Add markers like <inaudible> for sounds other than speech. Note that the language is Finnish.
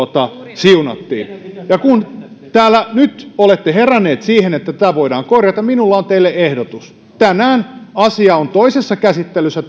siunattiin ja kun täällä nyt olette heränneet siihen että tämä voidaan korjata minulla on teille ehdotus tänään asia on toisessa käsittelyssä <unintelligible>